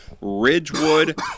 Ridgewood